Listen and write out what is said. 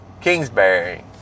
Kingsbury